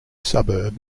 suburb